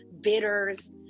bitters